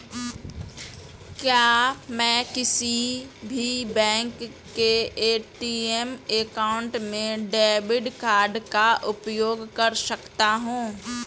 क्या मैं किसी भी बैंक के ए.टी.एम काउंटर में डेबिट कार्ड का उपयोग कर सकता हूं?